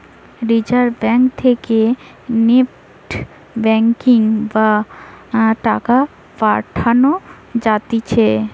reserve bank থেকে NEFT banking বা টাকা পাঠান যাতিছে